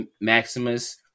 maximus